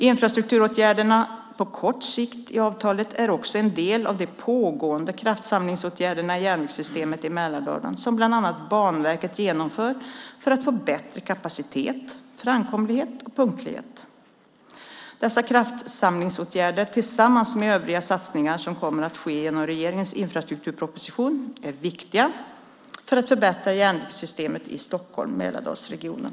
Infrastrukturåtgärderna på kort sikt i avtalet är också en del av de pågående kraftsamlingsåtgärderna i järnvägssystemet i Mälardalen som bland annat Banverket genomför för att få bättre kapacitet, framkomlighet och punktlighet. Dessa kraftsamlingsåtgärder, tillsammans med övriga satsningar som kommer att ske genom regeringens infrastrukturproposition, är viktiga för att förbättra järnvägssystemet i Stockholm-Mälardalsregionen.